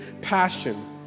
passion